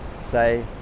say